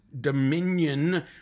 dominion